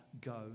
go